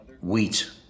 wheat